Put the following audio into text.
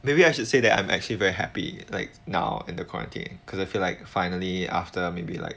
maybe I should say that I'm actually very happy like now in the quarantine because I feel like finally after maybe like